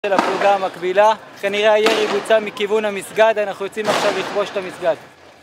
של הפלוגה המקבילה, כנראה הירי בוצע מכיוון המסגד, אנחנו יוצאים עכשיו לכבוש את המסגד